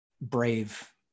brave